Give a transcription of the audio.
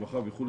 רווחה וכו',